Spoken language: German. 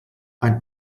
ein